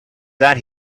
that